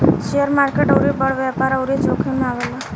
share market अउरी बड़ व्यापार अउरी जोखिम मे आवेला